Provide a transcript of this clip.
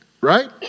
right